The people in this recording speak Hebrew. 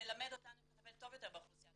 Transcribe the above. ללמד אותנו איך לטפל טוב יותר באוכלוסייה.